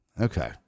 Okay